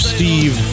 Steve